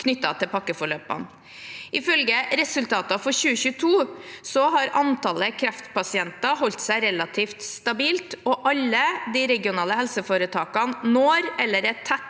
knyttet til pakkeforløpene. Ifølge resultater for 2022 har antallet kreftpasienter holdt seg relativt stabilt, og alle de regionale helseforetakene når, eller er tett